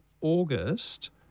August